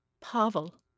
Pavel